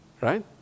right